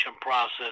process